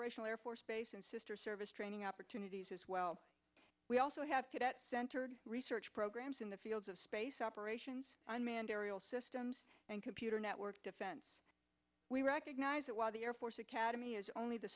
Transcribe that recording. operational air force base and sister service training opportunities as well we also have had at centered research programs in the fields of space operations unmanned aerial systems and computer network defense we recognize that while the air force academy is only the